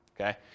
okay